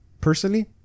Personally